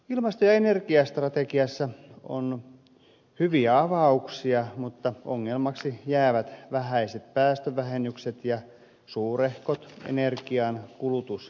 ilmasto ja energiastrategiassa on hyviä avauksia mutta ongelmiksi jäävät vähäiset päästövähennykset ja suurehkot energian kulutusarvot